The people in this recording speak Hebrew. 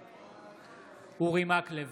בעד אורי מקלב,